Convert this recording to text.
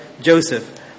Joseph